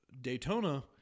Daytona